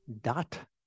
dot